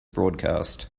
broadcast